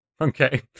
Okay